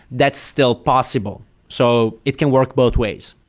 that's still possible. so it can work both ways.